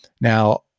Now